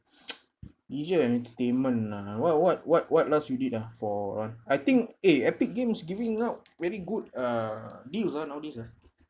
leisure and entertainment lah what what what what last you did ah for that one I think eh epic games giving out very good uh deals ah nowadays ah